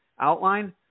outline